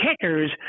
kickers